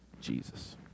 Jesus